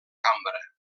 cambra